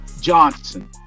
Johnson